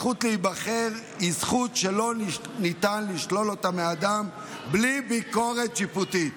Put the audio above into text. הזכות להיבחר היא זכות שלא ניתן לשלול אותה מאדם בלי ביקורת שיפוטית.